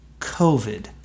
COVID